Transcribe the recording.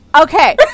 Okay